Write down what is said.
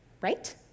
right